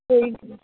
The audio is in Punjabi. ਕੋਈ